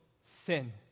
sin